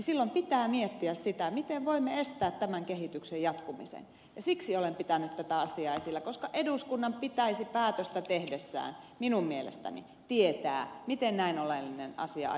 silloin pitää miettiä sitä miten voimme estää tämän kehityksen jatkumisen ja siksi olen pitänyt tätä asiaa esillä koska eduskunnan pitäisi päätöstä tehdessään minun mielestäni tietää miten näin oleellinen asia aiotaan ratkaista